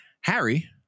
Harry